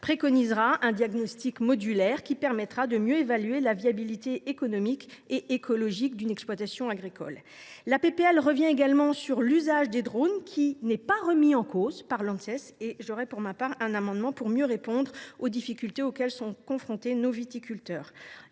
préconisera un diagnostic modulaire qui permettra de mieux évaluer la viabilité économique et écologique d’une exploitation agricole. La proposition de loi revient également sur l’usage des drones, lequel n’est pas remis en cause par l’Anses. Je présenterai pour ma part un amendement visant à mieux répondre aux difficultés auxquelles sont confrontés nos viticulteurs.